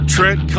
Trent